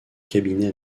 cabinet